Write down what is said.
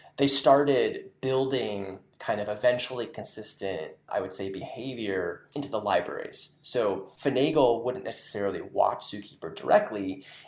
they started building kind of eventually consistent, i would say, behavior into the libraries. so finagle wouldn't necessarily watch zookeeper directly,